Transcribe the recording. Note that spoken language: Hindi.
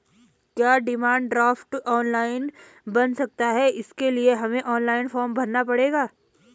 क्या डिमांड ड्राफ्ट ऑनलाइन बन सकता है इसके लिए हमें ऑनलाइन फॉर्म भरना पड़ेगा?